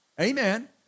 Amen